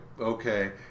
okay